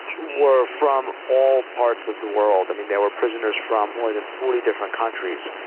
were from all parts of the world. i mean there were prisoners from more than forty different countries,